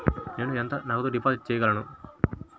నేను ఎంత నగదు డిపాజిట్ చేయగలను?